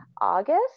August